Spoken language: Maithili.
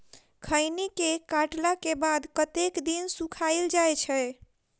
खैनी केँ काटला केँ बाद कतेक दिन सुखाइल जाय छैय?